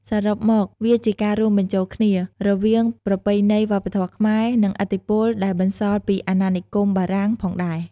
សរុបមក វាជាការរួមបញ្ចូលគ្នារវាងប្រពៃណីវប្បធម៌ខ្មែរ និងឥទ្ធិពលដែលបន្សល់ពីអាណានិគមបារាំងផងដែរ។